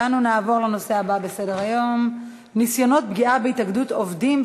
ואנו נעבור להצעות לסדר-היום מס' 3529,